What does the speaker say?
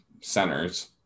centers